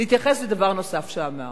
להתייחס לדבר נוסף שאמרת.